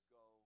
go